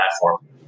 platform